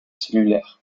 cellulaires